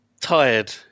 tired